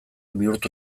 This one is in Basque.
bihurtu